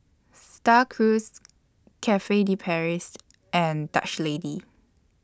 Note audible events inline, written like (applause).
STAR Cruise (unintelligible) Cafe De Paris (unintelligible) and Dutch Lady